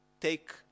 take